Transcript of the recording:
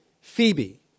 Phoebe